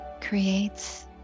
creates